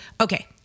okay